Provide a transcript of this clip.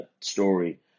story